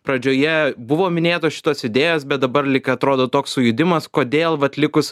pradžioje buvo minėtos šitos idėjos bet dabar lyg atrodo toks sujudimas kodėl vat likus